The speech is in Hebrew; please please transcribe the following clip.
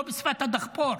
לא בשפת הדחפור.